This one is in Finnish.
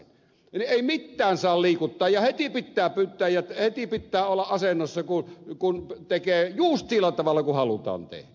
ei mitään saa liikuttaa ja heti pitää pyytää ja heti pitää olla asennossa kun tekee just sillä tavalla kuin halutaan tehdä